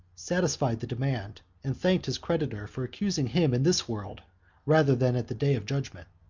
satisfied the demand, and thanked his creditor for accusing him in this world rather than at the day of judgment.